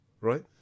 right